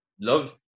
love